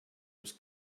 was